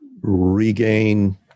regain